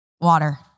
Water